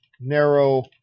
narrow